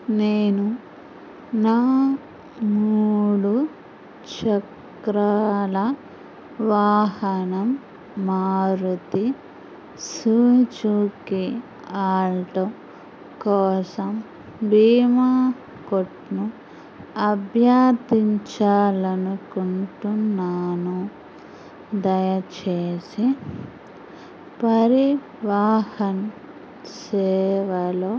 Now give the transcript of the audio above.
నేను నా మూడు చక్రాల వాహనం మారుతి సుజుకి ఆల్టో కోసం బీమా కోట్ను అభ్యర్థించాలి అనుకుంటున్నాను దయచేసి పరివాహన్ సేవలో